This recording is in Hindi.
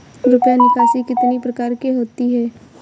रुपया निकासी कितनी प्रकार की होती है?